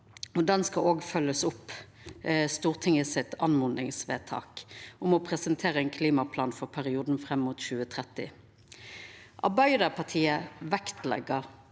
han skal òg følgja opp Stortinget sitt oppmodingsvedtak om å presentera ein klimaplan for perioden fram mot 2030. Arbeidarpartiet vektlegg